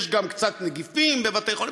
יש גם קצת נגיפים בבתי-חולים,